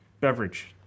beverage